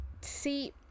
See